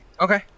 Okay